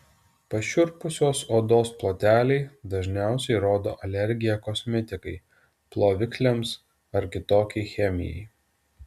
pašiurpusios odos ploteliai dažniausiai rodo alergiją kosmetikai plovikliams ar kitokiai chemijai